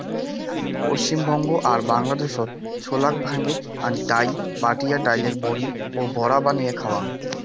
পশ্চিমবঙ্গ আর বাংলাদ্যাশত ছোলাক ভাঙে আনি ডাইল, বাটিয়া ডাইলের বড়ি ও বড়া বানেয়া খাওয়াং